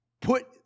put